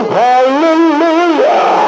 hallelujah